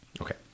Okay